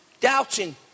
Doubting